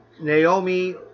Naomi